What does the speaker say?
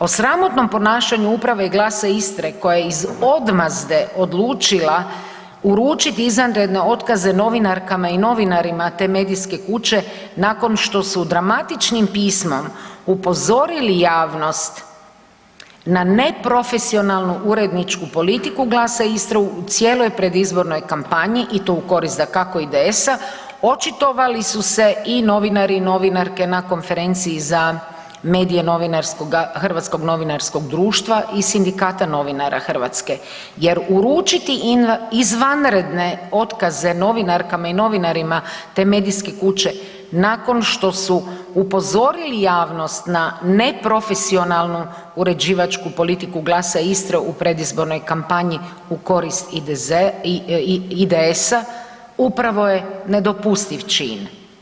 O sramotnom ponašanju uprave i Glasa Istre koja je iz odmazde odlučila uručiti izvanredne otkaze novinarkama i novinarima te medijske kuće nakon što su dramatičnim pismom upozorili javnost na neprofesionalnu uredničku politiku Glasa Istre u cijeloj predizbornoj kampanji i to u korist, dakako, IDS-a, očitovali su se i novinari i novinarke na konferenciji za medijske Hrvatskog novinarskog društva i Sindikata novinara Hrvatske jer uručiti izvanredne otkaze novinarkama i novinarima te medijske kuće nakon što su upozorili javnost na neprofesionalnu uređivačku politiku Glasa Istre u predizbornoj kampanji u korist IDS-a, upravo je nedopustiv čin.